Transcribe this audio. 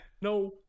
No